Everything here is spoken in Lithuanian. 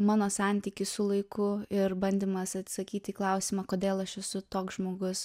mano santykį su laiku ir bandymas atsakyt į klausimą kodėl aš esu toks žmogus